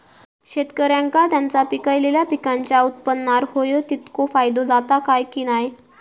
शेतकऱ्यांका त्यांचा पिकयलेल्या पीकांच्या उत्पन्नार होयो तितको फायदो जाता काय की नाय?